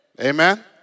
Amen